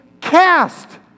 Cast